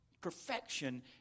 perfection